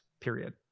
period